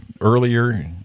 earlier